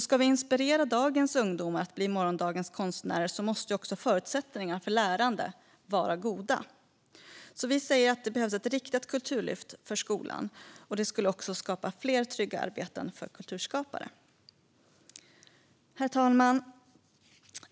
Ska vi inspirera dagens ungdomar till att bli morgondagens konstnärer måste förutsättningarna för lärande vara goda. Vi säger att det behövs ett riktat kulturlyft för skolan, vilket också skulle skapa fler trygga arbeten för kulturskapare. Herr talman!